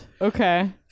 Okay